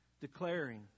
declaring